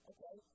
Okay